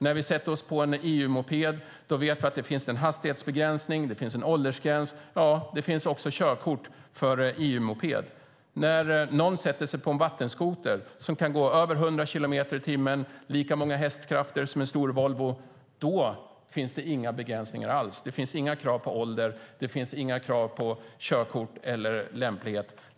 När vi sätter oss på en EU-moped vet vi att det finns en hastighetsbegränsning och att det finns en åldersgräns. Det finns också körkort för EU-moped. När någon sätter sig på en vattenskoter som kan gå i över 100 kilometer i timmen och har lika många hästkrafter som en stor Volvo finns det inga begränsningar alls. Det finns inga krav på ålder, och det finns inga krav på körkort eller lämplighet.